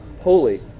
holy